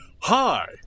Hi